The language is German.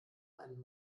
einen